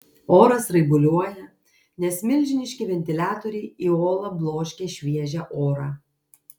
oras raibuliuoja nes milžiniški ventiliatoriai į olą bloškia šviežią orą